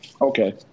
Okay